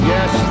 Yes